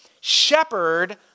shepherd